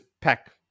pack